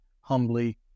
humbly